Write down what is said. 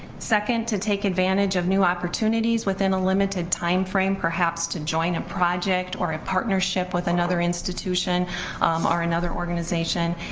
second, to take advantage of new opportunities within a limited time frame, perhaps to join a project or a partnership with another institution or another organization,